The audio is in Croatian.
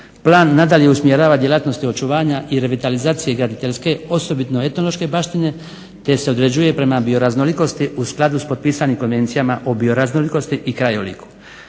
Plan nadalje usmjerava djelatnosti očuvanja i revitalizacije graditeljske osobito etnološke baštine te se određuje prema bioraznolikosti u skladu s propisanim konvencijama o bioraznolikosti i krajoliku.